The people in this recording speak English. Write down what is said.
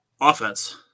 offense